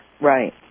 Right